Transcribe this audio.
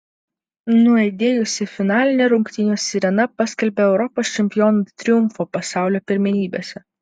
nuaidėjusi finalinė rungtynių sirena paskelbė europos čempionų triumfą pasaulio pirmenybėse